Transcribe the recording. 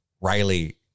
Riley